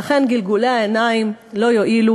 לכן, גלגולי העיניים האלה לא יועילו.